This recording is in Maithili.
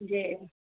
जी